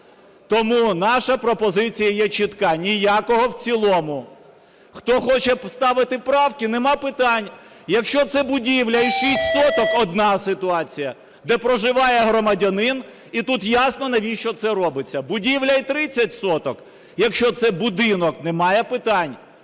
Тому наша пропозиція є чітка – ніякого в цілому. Хто хоче ставити правки – немає питань. Якщо це будівля і 6 соток – одна ситуація, де проживає громадянин, і тут ясно, навіщо це робиться. Будівля і 30 соток, якщо це будинок – немає питань.